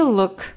look